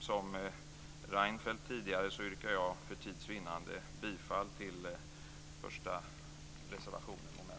Som Reinfeldt tidigare yrkar jag för tids vinnande endast bifall till första reservationen.